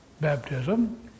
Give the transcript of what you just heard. baptism